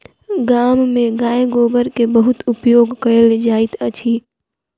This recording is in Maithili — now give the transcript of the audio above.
गाम में गाय गोबर के बहुत उपयोग कयल जाइत अछि